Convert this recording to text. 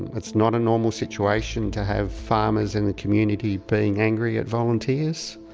it's not a normal situation to have farmers in the community being angry at volunteers.